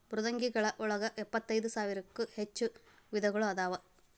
ಮೃದ್ವಂಗಿಗಳ ಒಳಗ ಎಂಬತ್ತೈದ ಸಾವಿರಕ್ಕೂ ಹೆಚ್ಚ ವಿಧಗಳು ಅದಾವ